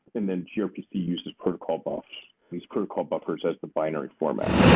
and then grpc uses protocol buffs. these protocol buffers as the binary format.